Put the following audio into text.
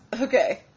okay